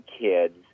kids